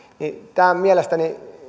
tämä mielestäni